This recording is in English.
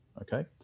okay